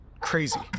crazy